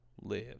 live